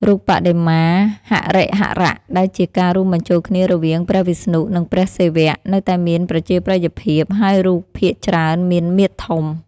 រូបបដិមាហរិហរៈ ដែលជាការរួមបញ្ចូលគ្នារវាងព្រះវិស្ណុ និងព្រះសិវៈ នៅតែមានប្រជាប្រិយភាព ហើយរូបភាគច្រើនមាន មាឌធំ។